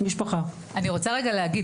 אני רוצה רגע להגיד,